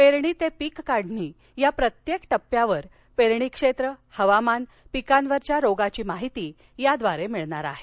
पेरणी ते पीक काढणी या प्रत्येक टप्प्यावर पेरणी क्षेत्र हवामान पिकांवरील रोगाची माहिती त्याद्वारे मिळणार आहे